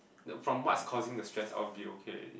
from what's causing the stress I will be okay already